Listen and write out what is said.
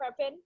prepping